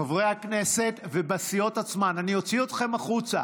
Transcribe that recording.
חברי הכנסת, ובסיעות עצמן, אני אוציא אתכם החוצה.